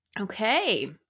Okay